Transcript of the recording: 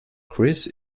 chris